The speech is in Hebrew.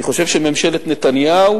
אני חושב שממשלת נתניהו